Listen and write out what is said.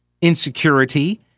insecurity